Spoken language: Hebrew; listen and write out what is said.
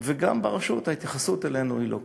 וגם ברשות ההתייחסות אלינו היא לא כזאת.